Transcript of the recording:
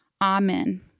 Amen